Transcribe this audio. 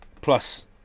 plus